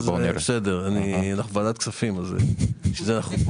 זה ועדת הכספים, לכן אנו פה.